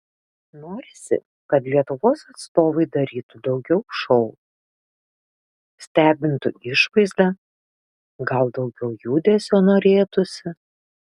norisi kad lietuvos atstovai darytų daugiau šou stebintų išvaizda gal daugiau judesio norėtųsi